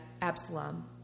Absalom